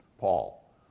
Paul